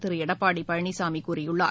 திருஎடப்பாடிபழனிசாமிகூறியுள்ளார்